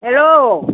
hello